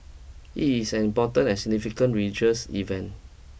it is an important and significant religious event